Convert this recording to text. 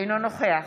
אינו נוכח